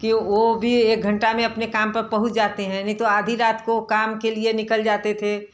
कि वो भी एक घंटा में अपने काम पर पहुँच जाते हैं नहीं तो आधी रात को काम के लिए निकल जाते थे